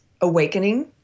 awakening